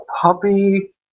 puppy